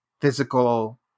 physical